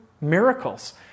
miracles